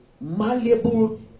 malleable